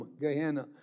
Gehenna